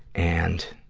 and,